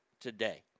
today